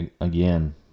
Again